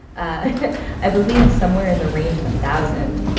ah i believe somewhere in the range of a thousand,